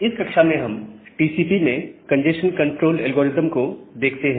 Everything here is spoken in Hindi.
इस कक्षा में हम टीसीपी में कंजेस्शन कंट्रोल एल्गोरिदम को देखते हैं